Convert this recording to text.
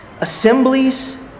assemblies